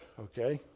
ok?